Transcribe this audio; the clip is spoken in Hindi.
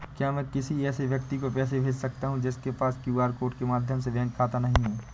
क्या मैं किसी ऐसे व्यक्ति को पैसे भेज सकता हूँ जिसके पास क्यू.आर कोड के माध्यम से बैंक खाता नहीं है?